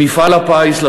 למפעל הפיס,